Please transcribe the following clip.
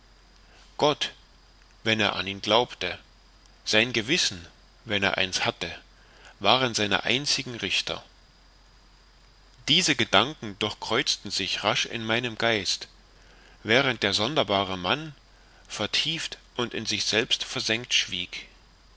gott wenn er an ihn glaubte sein gewissen wenn er eins hatte waren seine einzigen richter diese gedanken durchkreuzten sich rasch in meinem geist während der sonderbare mann vertieft und in sich selbst versenkt schwieg